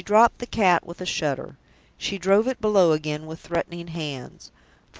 she dropped the cat with a shudder she drove it below again with threatening hands.